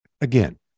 again –